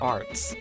Arts